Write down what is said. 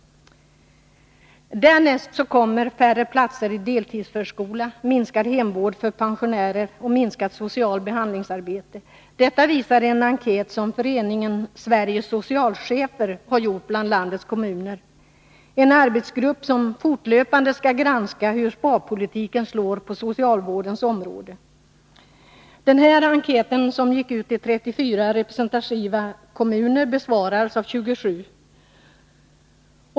Därnäst kommer åtgärder som färre platser i deltidsförskola, minskad hemvård för pensionärer och minskat socialt behandlingsarbete. Detta visade en enkät som föreningen Sveriges socialchefer har gjort bland landets kommuner. En arbetsgrupp skall fortlöpande granska hur sparpolitiken slår på socialvårdens område. Denna enkät gick ut till 34 representativa kommuner och besvarades av 27.